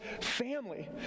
family